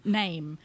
name